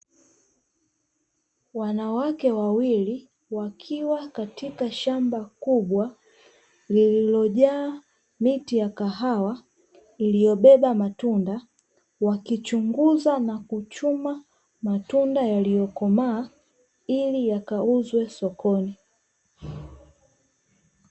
Wanawake wawili, wakiwa katika shamba kubwa lililojaa miti ya kahawa iliobeba matunda, wakichunguza na kuchuma matunda yaliyokomaa ili yakauzwe sokoni.